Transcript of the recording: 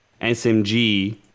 SMG